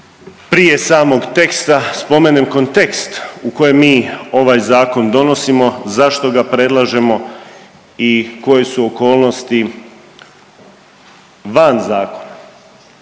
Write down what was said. prije samog teksta spomenem kontekst u kojem mi ovaj zakon donosimo, zašto ga predlažemo i koje su okolnosti van zakona.